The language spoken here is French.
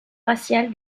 raciale